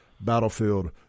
Battlefield